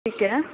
ਠੀਕ ਹੈ